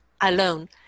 alone